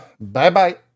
Bye-bye